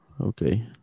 Okay